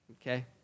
okay